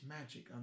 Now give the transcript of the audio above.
magic